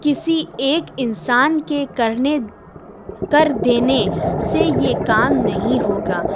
کسی ایک انسان کے کرنے کر دینے سے یہ کام نہیں ہوگا